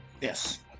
Yes